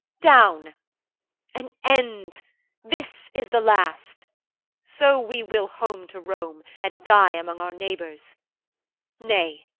down an end this is the last so we will home to rome, and die among our neighbours nay,